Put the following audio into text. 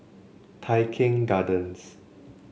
Tai Keng Gardens